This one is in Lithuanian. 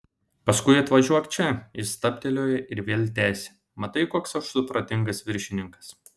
paskui atvažiuok čia jis stabtelėjo ir vėl tęsė matai koks aš supratingas viršininkas